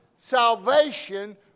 salvation